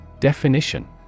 Definition